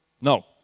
No